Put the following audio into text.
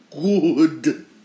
Good